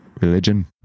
religion